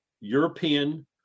European